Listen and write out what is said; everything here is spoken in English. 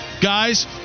guys